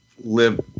live